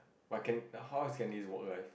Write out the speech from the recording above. but can how is Candy's work life